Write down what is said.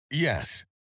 Yes